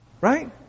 Right